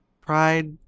pride